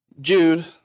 Jude